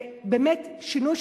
באמת שינוי.